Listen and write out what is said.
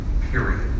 Period